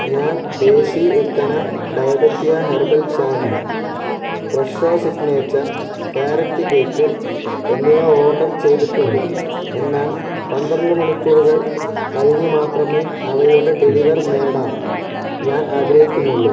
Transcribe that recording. ഞാൻ ദേശി ഉത്തന ഡയബെറ്റിയ ഹെർബൽ ചായ ഫ്രെഷോ സിഗ്നേച്ചർ കാരറ്റ് കേക്ക് എന്നിവ ഓഡർ ചെയ്തിട്ടുണ്ട് എന്നാൽ പന്ത്രണ്ട് മണിക്കൂറുകൾ കഴിഞ്ഞ് മാത്രമേ അവയുടെ ഡെലിവർ നേടാം ഞാൻ ആഗ്രഹിക്കുന്നുള്ളൂ